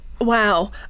wow